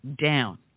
down